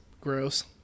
gross